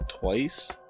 twice